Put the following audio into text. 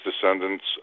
descendants